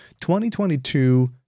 2022